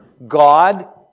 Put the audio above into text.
God